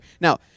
Now